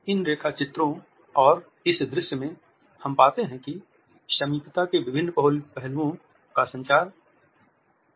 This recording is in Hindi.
इन रेखाचित्रों और इस दृश्य में हम पाते हैं कि समीपता के विभिन्न पहलुओं का संचार किया गया है